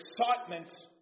excitement